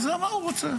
זה מה שהוא רוצה.